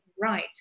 right